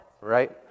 Right